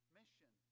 mission